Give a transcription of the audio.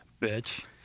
Bitch